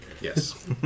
Yes